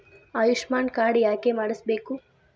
Ayushman card ಯಾಕೆ ಮಾಡಿಸಬೇಕು?